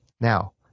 Now